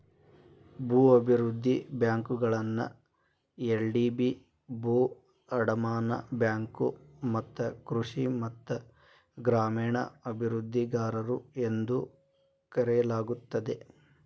ಭೂ ಅಭಿವೃದ್ಧಿ ಬ್ಯಾಂಕುಗಳನ್ನ ಎಲ್.ಡಿ.ಬಿ ಭೂ ಅಡಮಾನ ಬ್ಯಾಂಕು ಮತ್ತ ಕೃಷಿ ಮತ್ತ ಗ್ರಾಮೇಣ ಅಭಿವೃದ್ಧಿಗಾರರು ಎಂದೂ ಕರೆಯಲಾಗುತ್ತದೆ